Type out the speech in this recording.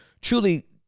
Truly